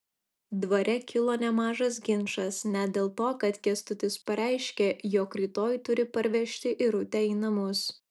dvare kilo nemažas ginčas net dėl to kad kęstutis pareiškė jog rytoj turi parvežti irutę į namus